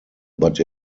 but